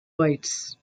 whites